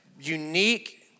unique